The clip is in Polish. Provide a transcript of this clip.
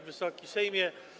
Wysoki Sejmie!